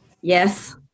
Yes